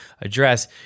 address